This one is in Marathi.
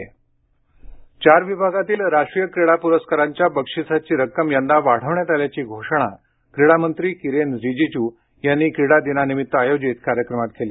किरेन रीजीज् चार विभागातील राष्ट्रीय क्रीडा पुरस्काराच्या बक्षीसाची रक्कम यंदा वाढवण्यात आल्याची घोषणा क्रीडा मंत्री किरेन रीजीजू यांनी क्रीडा दिनानिमित्त आयोजित कार्यक्रमात केली